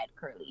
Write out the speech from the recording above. curly